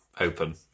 open